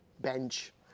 bench